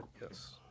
yes